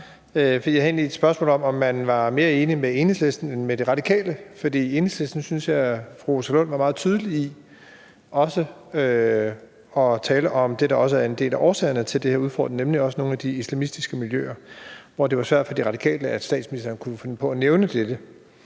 Jeg havde egentlig et spørgsmål om, om man var mere enig med Enhedslisten end med De Radikale. Jeg synes, at fru Rosa Lund fra Enhedslisten var meget tydelig i også at tale om det, der er en del af årsagerne til de her udfordringer, nemlig nogle af de islamistiske miljøer, mens det var svært for De Radikale, at statsministeren kunne finde på at nævne dette.